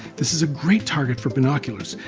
this is a great target for binoculars,